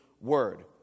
word